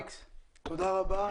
תודה רבה.